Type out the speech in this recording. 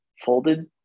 folded